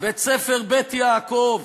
בית-ספר "בית יעקב"